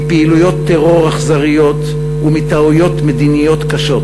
מפעילויות טרור אכזריות ומטעויות מדיניות קשות.